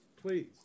please